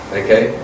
okay